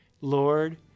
Lord